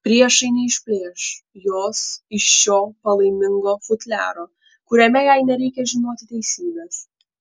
priešai neišplėš jos iš šio palaimingo futliaro kuriame jai nereikia žinoti teisybės